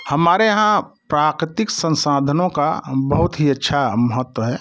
हमारे यहाँ प्राकृतिक संसाधनों का बहुत ही अच्छा महत्व है